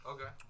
Okay